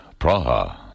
Praha